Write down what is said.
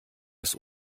ist